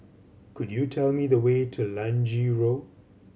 could you tell me the way to Lange Road